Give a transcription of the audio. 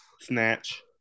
Snatch